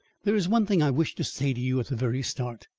there is one thing i wish to say to you at the very start.